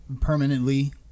permanently